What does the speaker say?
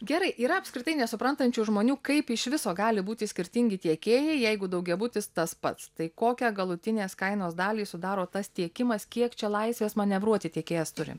gerai yra apskritai nesuprantančių žmonių kaip iš viso gali būti skirtingi tiekėjai jeigu daugiabutis tas pats tai kokią galutinės kainos dalį sudaro tas tiekimas kiek čia laisvės manevruoti tiekėjas turi